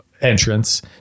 entrance